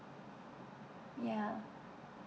ya